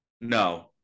no